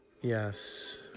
yes